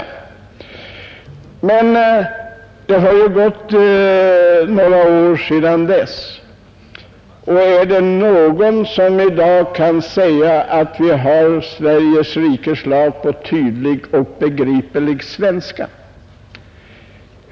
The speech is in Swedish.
Det har ju gått några år sedan dess. Är det någon som i dag kan säga att vi har Sveriges rikes lag på tydlig och begriplig svenska?